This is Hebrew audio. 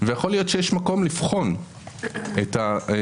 יכול להיות שיש מקום לבחון את זה.